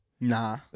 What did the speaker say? Nah